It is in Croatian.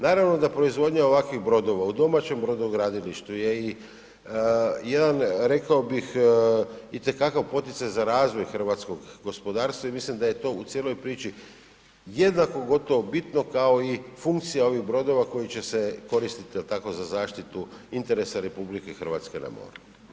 Naravno da proizvodnja ovakvih brodova u domaćem brodogradilištu je i jedan rekao bih itekakav poticaj za razvoj hrvatskog gospodarstva i mislim da je to u cijeloj priči jednako gotovo bitno kao i funkcija ovih brodova koji će se koristiti jel tako, za zaštitu interesa RH na moru.